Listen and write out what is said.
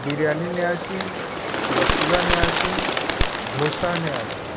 ବିରିୟାନୀ ନେଆସି ରସ୍ଗୁଲା ନିଆସି ଢୋଷା ନେଆସି